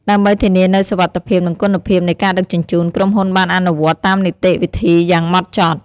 ដើម្បីធានានូវសុវត្ថិភាព និងគុណភាពនៃការដឹកជញ្ជូន ក្រុមហ៊ុនបានអនុវត្តន៍តាមនីតិវិធីយ៉ាងម៉ត់ចត់។